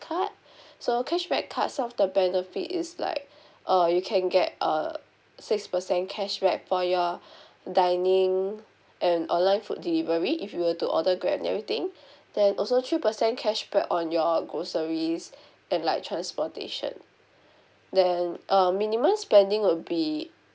card so cashback cards the benefit is like uh you can get err six percent cashback for your dining and online food delivery if you were to order Grab everything then also three percent cashback on your groceries and like transportation then uh minimum spending would be